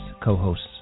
co-hosts